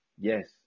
Yes